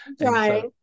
Right